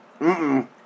-mm